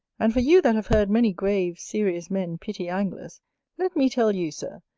and for you that have heard many grave, serious men pity anglers let me tell you, sir,